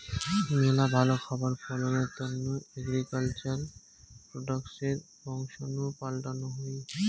মেলা ভালো খাবার ফলনের তন্ন এগ্রিকালচার প্রোডাক্টসের বংশাণু পাল্টানো হই